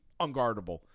unguardable